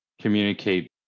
communicate